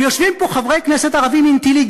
ויושבים פה חברי כנסת אינטליגנטים,